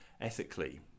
ethically